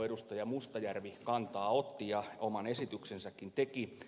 mustajärvi kantaa otti ja oman esityksensäkin teki